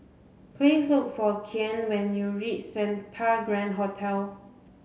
please look for Kian when you reach Santa Grand Hotel